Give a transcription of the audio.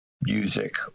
music